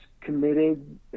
committed